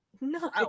No